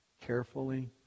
carefully